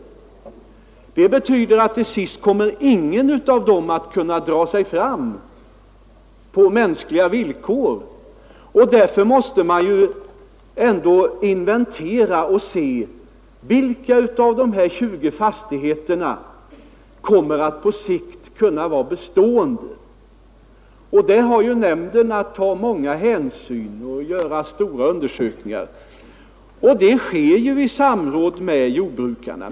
Det skulle betyda att till sist ingen av dem kommer att kunna dra sig fram på mänskliga villkor. Därför måste man inventera och se vilka av dessa 20 fastigheter som på sikt kommer att kunna vara bestående. Därvid har nämnden att ta många hänsyn och göra stora undersökningar. Detta sker i samråd med jordbrukarna.